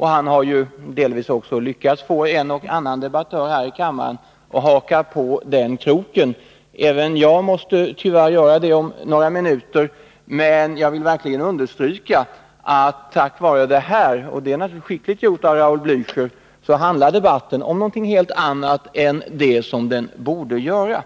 Han har delvis lyckats få en och annan debattör här i kammaren att haka på den kroken. Även jag måste tyvärr göra det om några minuter. Men jag vill understryka att debatten därmed — det är naturligtvis en medveten strävan av Raul Blächer — handlar om något helt annat än den borde göra.